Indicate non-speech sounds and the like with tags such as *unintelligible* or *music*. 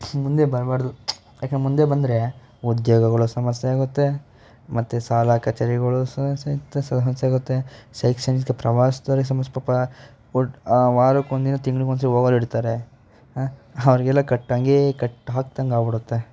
ಮುಂದೆ ಬರಬಾರ್ದು ಯಾಕಂದ್ರೆ ಮುಂದೆ ಬಂದರೆ ಉದ್ಯೋಗಗಳು ಸಮಸ್ಯೆ ಆಗುತ್ತೆ ಮತ್ತೆ ಸಾಲ ಕಚೇರಿಗಳು *unintelligible* ಸಮಸ್ಯೆ ಆಗುತ್ತೆ ಶೈಕ್ಷಣಿಕ ಪ್ರವಾಸ್ದವ್ರಿಗೆ ಸಮಸ್ಯೆ ಪಾಪ *unintelligible* ವಾರಕ್ಕೊಂದಿನ ತಿಂಗ್ಳಿಗೆ ಒಂದ್ಸಲ ಹೋಗೋರು ಇರ್ತಾರೆ ಹಾಂ ಅವ್ರಿಗೆಲ್ಲ ಕಂಟ್ಟೋಂಗೆ ಕಟ್ಟಿ ಹಾಕ್ದಂತೆ ಆಗಿಬಿಡುತ್ತೆ